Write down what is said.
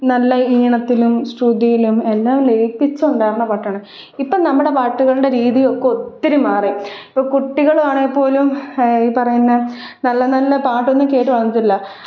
നല്ല ഈണത്തിലും ശ്രുതിയിലും എല്ലാം ലയിപ്പിച്ചുണ്ടാക്കണ പാട്ടാണ് ഇപ്പോള് നമ്മുട പാട്ടുകളുടെ രീതിയൊക്കെ ഒത്തിരി മാറി ഇപ്പോള് കുട്ടികളാണെങ്കില്പ്പോലും ഈ പറയുന്ന നല്ല നല്ല പാട്ടൊന്നും കേട്ട് വളർന്നിട്ടില്ല